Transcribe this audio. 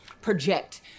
project